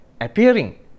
appearing